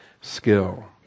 skill